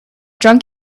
drunk